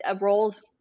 roles